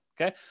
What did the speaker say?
Okay